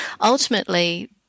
ultimately